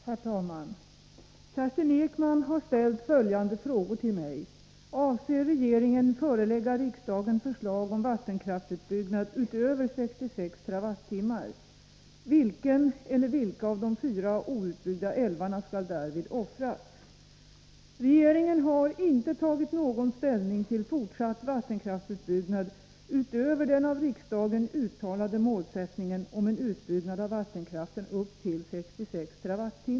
Herr talman! Kerstin Ekman har ställt följande frågor till mig. Avser regeringen att förelägga riksdagen förslag om en vattenkraftsutbyggnad utöver 66 TWh? Vilken eller vilka av de fyra outbyggda älvarna skall därvid offras? Regeringen har inte tagit någon ställning till fortsatt vattenkraftsutbyggnad utöver den av riksdagen uttalade målsättningen om en utbyggnad av vattenkraften upp till 66 TWh.